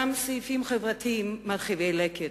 גם סעיפים חברתיים מרחיקי לכת.